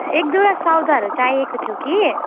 एक दुइवटा सौदाहरू चाहिएको थियो कि